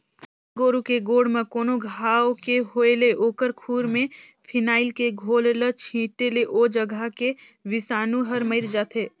गाय गोरु के गोड़ म कोनो घांव के होय ले ओखर खूर में फिनाइल के घोल ल छींटे ले ओ जघा के बिसानु हर मइर जाथे